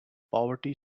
poverty